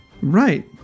Right